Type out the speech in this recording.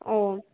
ও